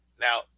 Now